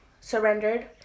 surrendered